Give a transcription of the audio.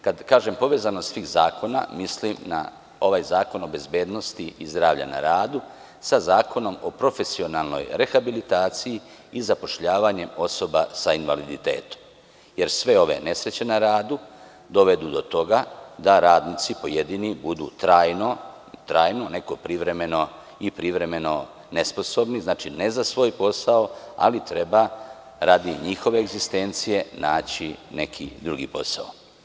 Kada kažem povezanost svih zakona, mislim na ovaj Zakon o bezbednosti i zdravlja na radu sa Zakonom o profesionalnoj rehabilitaciji i zapošljavanje osoba sa invaliditetom, jer sve ove nesreće na radu dovedu do toga da pojedini radnici budu trajno, neko privremeno i privremeno nesposobni, ne za svoj posao, ali treba radi njihove egzistencije naći neki drugi posao.